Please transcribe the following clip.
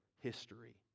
history